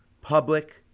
public